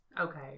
Okay